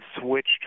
switched